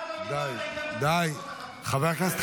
תגיד לי, טיבי.